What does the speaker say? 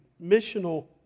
missional